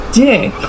dick